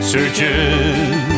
Searching